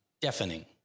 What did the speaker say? deafening